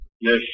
Yes